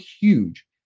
huge